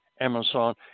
Amazon